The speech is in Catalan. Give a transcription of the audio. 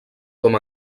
com